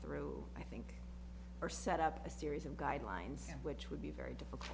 through i think or set up a series of guidelines which would be very difficult